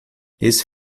esse